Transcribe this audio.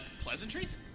Pleasantries